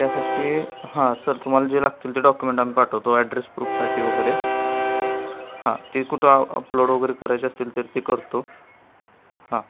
त्यासाठी हां सर तुम्हाला जे लागतील ते डॉक्युमेंट आम्ही पाठवतो ॲड्रेस प्रूफसाठी वगैरे हां ते कुठं अपलोड वगैरे करायचे असतील तर ते करतो हां